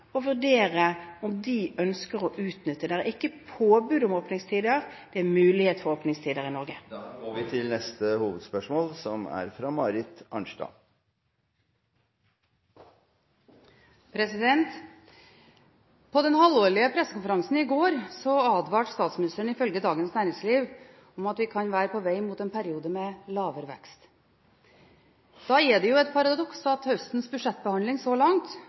å vurdere om det er noe de ønsker å utnytte. Det er ikke påbud om åpningstider, det er mulighet for åpningstider i Norge. Da går vi til neste hovedspørsmål. På den halvårlige pressekonferansen i går advarte statsministeren, ifølge Dagens Næringsliv, om at vi kan være på vei mot en periode med lavere vekst. Da er det et paradoks at høstens budsjettbehandling så langt